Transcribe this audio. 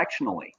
directionally